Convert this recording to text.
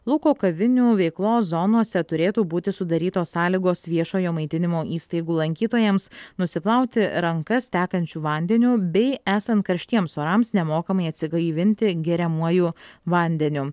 lauko kavinių veiklos zonose turėtų būti sudarytos sąlygos viešojo maitinimo įstaigų lankytojams nusiplauti rankas tekančiu vandeniu bei esant karštiems orams nemokamai atsigaivinti geriamuoju vandeniu